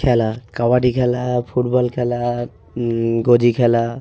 খেলা কাবাডি খেলা ফুটবল খেলা গোজি খেলা